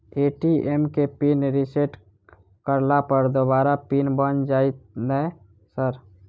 ATM केँ pin reset करला पर दोबारा पिन बन जाइत नै सर?